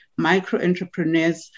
microentrepreneurs